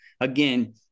again